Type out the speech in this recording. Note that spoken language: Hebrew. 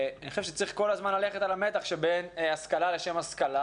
אני חושב שצריך כל הזמן ללכת על המתח שבין השכלה לשם השכלה,